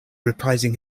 reprising